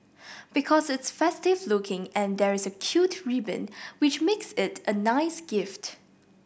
because it's festive looking and there's a cute ribbon which makes it a nice gift